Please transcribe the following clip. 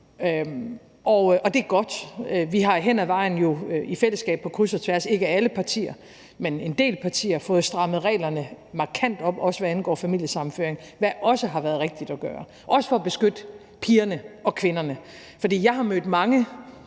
og det er godt. Vi har jo hen ad vejen i fællesskab på kryds og tværs – det gælder ikke alle partier, men en del partier – fået strammet reglerne markant op, også hvad angår familiesammenføring, hvad også har været rigtigt at gøre, også for at beskytte pigerne og kvinderne. For jeg har mødt mange